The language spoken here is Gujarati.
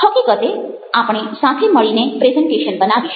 હકીકતે આપણે સાથે મળીને પ્રેઝન્ટેશન બનાવીશું